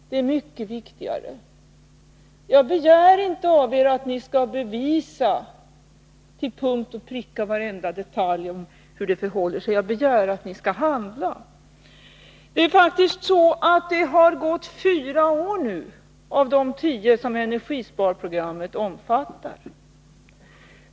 Det är mycket viktigare. Jag begär inte av er att ni till punkt och pricka skall bevisa hur varenda detalj förhåller sig. Jag begär att ni skall handla. 9 Det har faktiskt gått fyra år nu av de tio som energisparprogrammet omfattar.